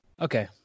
Okay